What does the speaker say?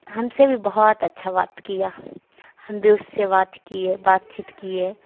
ہم سے بھی بہت اچھا بات کیا ہم بھی اس سے بات کیے بات چیت کیے